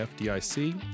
FDIC